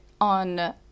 on